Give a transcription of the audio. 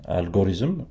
algorithm